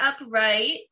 upright